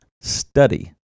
Study